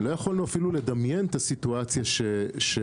לא יכולנו אפילו לדמיין את הסיטואציה שקרתה,